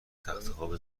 تختخواب